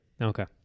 Okay